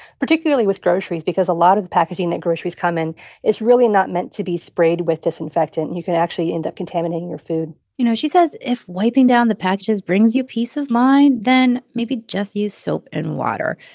particularly with groceries because a lot of the packaging that groceries come in is really not meant to be sprayed with disinfectant. and you could actually end up contaminating your food you know, she says if wiping down the packages brings you peace of mind, then maybe just use soap and water.